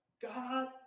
God